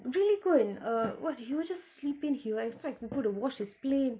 really go and uh what he will just sleep in he will like to do the wash his plate